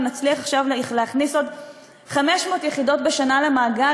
אם נצליח עכשיו להכניס עוד 500 יחידות בשנה למאגר,